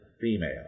female